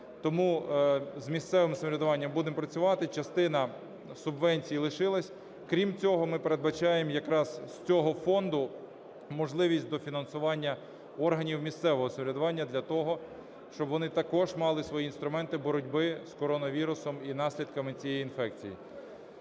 Тому з місцевим самоврядуванням будемо працювати. Частина субвенцій лишилась. Крім цього, ми передбачаємо якраз з цього фонду можливість дофінансування органів місцевого самоврядування для того, щоб вони також мали свої інструменти боротьби з коронавірусом і наслідками цієї інфекції.